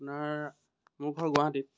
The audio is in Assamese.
আপোনাৰ মোৰ ঘৰ গুৱাহাটীত